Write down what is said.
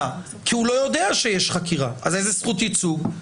כי הוא לא יודע שיש חקירה ולכן איזו זכות ייצוג יש לו?